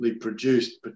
produced